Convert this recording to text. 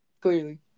Clearly